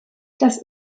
das